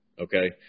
Okay